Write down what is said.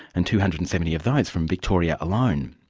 and two hundred and seventy of those from victoria alone.